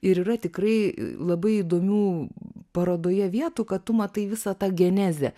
ir yra tikrai labai įdomių parodoje vietų kad tu matai visą tą genezę